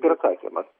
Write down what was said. ir atsakymas